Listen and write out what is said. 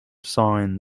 sign